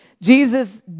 Jesus